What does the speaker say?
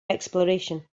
exploration